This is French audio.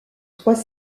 trois